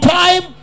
time